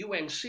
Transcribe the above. UNC